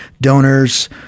donors